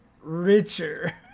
richer